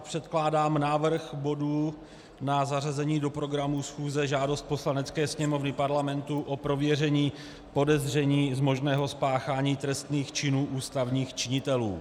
Předkládám návrh bodu na zařazení do programu schůze Žádost Poslanecké sněmovny Parlamentu o prověření podezření z možného spáchání trestných činů ústavních činitelů.